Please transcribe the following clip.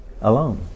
alone